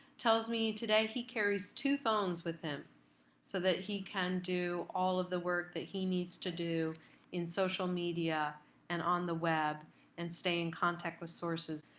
tells me today he carries two phones with him so that he can do all of the work that he needs to do in social media and on the web and stay in contact with sources.